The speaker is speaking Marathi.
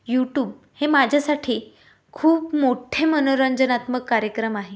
यूटूब हे माझ्यासाठी खूप मोठे मनोरंजनात्मक कार्यक्रम आहे